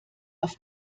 auf